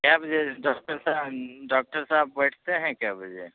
कै बजे डक्टर साहब डॉक्टर साहब बैठते हैं कै बजे